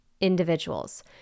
individuals